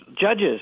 judges